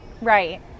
right